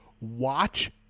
Watch